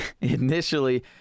initially